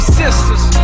sisters